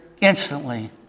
instantly